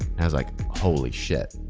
and i was like, holy shit.